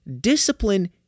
discipline